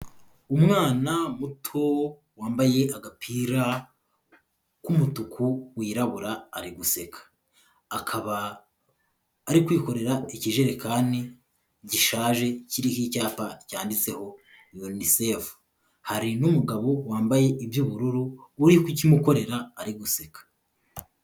Umwana muto, wambaye agapira k'umutuku, wirabura, ari guseka, akaba ari kwikorera ikijerekani gishaje kiriho icyapa cyanditseho Unicef, hari n'umugabo wambaye iby'ubururu, uri kukimukorera ari guseka.